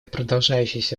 продолжающаяся